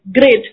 great